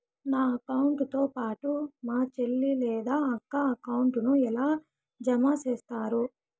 నా అకౌంట్ తో పాటు మా చెల్లి లేదా అక్క అకౌంట్ ను ఎలా జామ సేస్తారు?